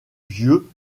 vieux